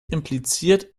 impliziert